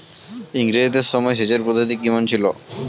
ইঙরেজদের সময় সেচের পদ্ধতি কমন ছিল?